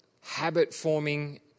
habit-forming